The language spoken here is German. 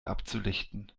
abzulichten